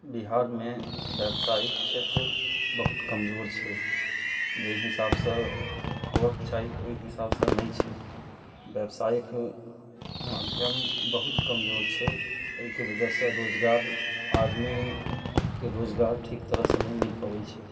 बिहारमे व्यावसायिक क्षेत्र बहुत कमजोर छै जे हिसाबसँ होयबाक चाही ओहि हिसाबसँ नहि छै व्यवसायिक माध्यम बहुत कमजोर छै ओहिके वजहसँ रोजगार आदमीके रोजगार ठीक तरहसँ नहि मिल पबैत छै